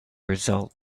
results